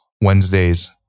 Wednesdays